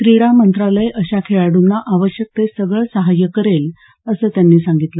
क्रीडा मंत्रालय अशा खेळाडूंना आवश्यक ते सगळं सहाय्य करेल असं त्यांनी सांगितलं